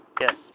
Yes